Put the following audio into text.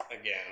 again